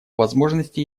возможности